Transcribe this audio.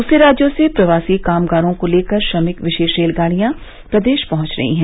दूसरे राज्यों से प्रवासी कामगारों को लेकर श्रमिक विशेष रेलगाड़ियां प्रदेश पहुंच रही हैं